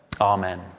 Amen